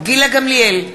גילה גמליאל,